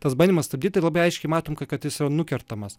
tas bandymas stabdyt tai labai aiškiai matom kad jis nukertamas